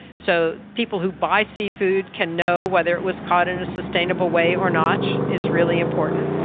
so people who buy seafood can know whether it was caught in a sustainable way or not is really important.